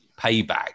payback